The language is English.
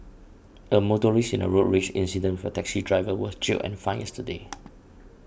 the motorist in a road rage incident with a taxi driver was jailed and fined yesterday